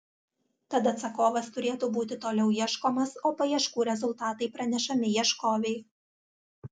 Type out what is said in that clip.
tad atsakovas turėtų būti toliau ieškomas o paieškų rezultatai pranešami ieškovei